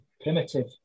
primitive